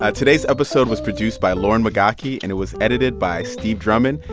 ah today's episode was produced by lauren migaki, and it was edited by steve drummond.